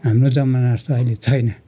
हाम्रो जमाना जस्तो अहिले छैन